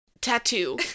tattoo